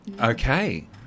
Okay